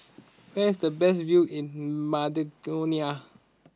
where is the best view in Macedonia